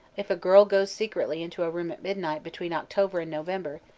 if a girl goes secretly into a room at midnight between october and november,